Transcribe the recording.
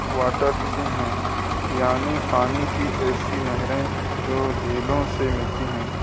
waters ہیں یعنی پانی کی ایسی نہریں جو جھیلوں سے ملتی ہیں